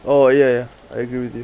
oh ya ya I agree with you